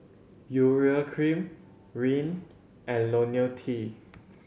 Urea Cream Rene and Ionil T